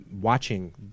watching